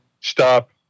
stop